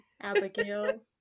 abigail